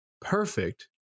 perfect